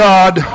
God